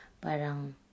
parang